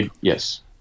Yes